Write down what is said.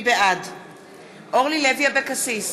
בעד אורלי לוי אבקסיס,